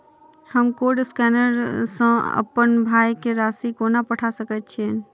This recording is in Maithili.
हम कोड स्कैनर सँ अप्पन भाय केँ राशि कोना पठा सकैत छियैन?